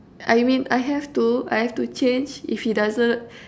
I mean I have to I have to change if he doesn't